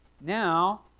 Now